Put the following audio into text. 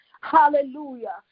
Hallelujah